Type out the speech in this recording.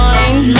Mind